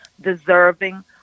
deserving